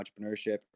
entrepreneurship